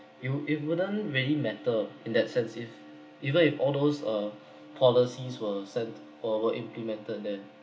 you it wouldn't really matter in that sense if even if all those uh policies were sent or were implemented then